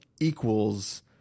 equals